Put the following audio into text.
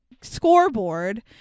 scoreboard